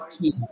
key